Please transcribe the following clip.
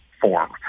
form